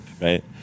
right